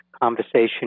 conversation